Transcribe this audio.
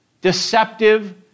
deceptive